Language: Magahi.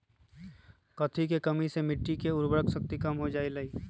कथी के कमी से मिट्टी के उर्वरक शक्ति कम हो जावेलाई?